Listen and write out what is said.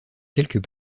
quelques